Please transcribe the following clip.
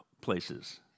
places